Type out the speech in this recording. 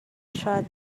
shot